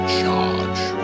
charge